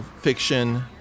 fiction